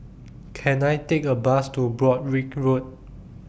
Can I Take A Bus to Broadrick Road